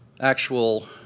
actual